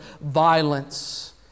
violence